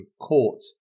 court